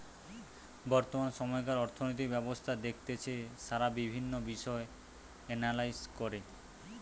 বর্তমান সময়কার অর্থনৈতিক ব্যবস্থা দেখতেছে যারা বিভিন্ন বিষয় এনালাইস করে